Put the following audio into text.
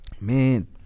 man